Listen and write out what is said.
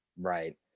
Right